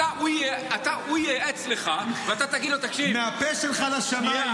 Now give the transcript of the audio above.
הוא ייעץ לך, ואתה תגיד לו -- מהפה שלך לשמיים.